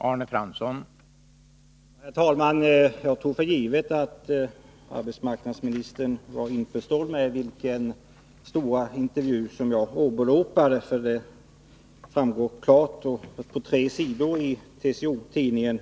Herr talman! Jag tog för givet att arbetsmarknadsministern var införstådd med vilken stor intervju jag åberopade. Det framgår klart på tre sidor i TCO-Tidningen.